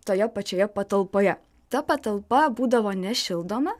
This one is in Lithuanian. toje pačioje patalpoje ta patalpa būdavo nešildoma